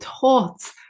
thoughts